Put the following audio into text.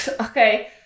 Okay